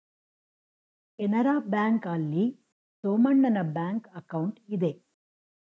Canara bank ಆಲ್ಲಿ ಸೋಮಣ್ಣನ bank account ಇದೆ